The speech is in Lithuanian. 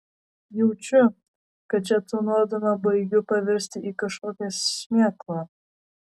jaučiu kad čia tūnodama baigiu pavirsti į kažkokią šmėklą